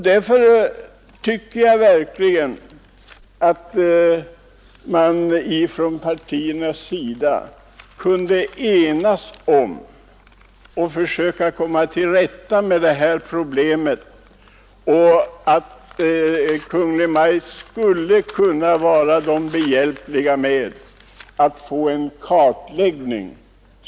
Därför tycker jag verkligen att partierna kunde enas om att försöka komma till rätta med det här problemet samt att Kungl. Maj:t skulle kunna vara dem behjälplig med en riktig kartläggning.